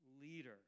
leader